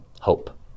Hope